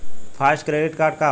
Fast credit का होखेला?